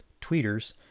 tweeters